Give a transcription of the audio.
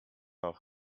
auch